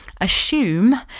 assume